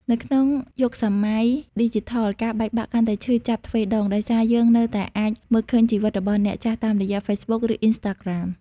នៅក្នុងយុគសម័យឌីជីថល ការបែកបាក់កាន់តែឈឺចាប់ទ្វេដង ដោយសារយើងនៅតែអាចមើលឃើញជីវិតរបស់អ្នកចាស់តាមរយៈ Facebook ឬ Instagram។